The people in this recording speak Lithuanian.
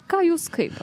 ką jūs skaitot